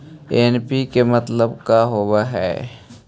NPK मतलब का होव हइ?